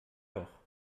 doch